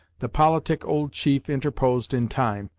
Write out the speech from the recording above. the politic old chief interposed in time,